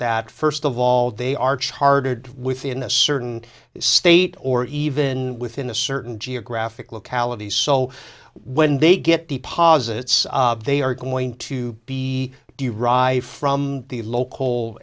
that first of all they are chartered within a certain state or even within a certain g graphic locality so when they get deposits they are going to be derives from the local